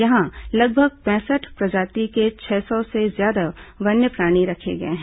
यहां लगभग पैंसठ प्रजाति के छह सौ से ज्यादा वन्यप्राणी रखे गए हैं